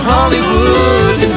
Hollywood